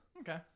Okay